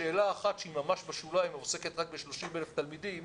שאלה אחת שהיא ממש בשוליים ועוסקת רק ב-30,000 תלמידים